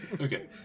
Okay